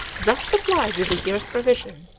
thus supplied with a year's provisions,